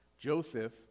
Joseph